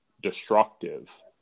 destructive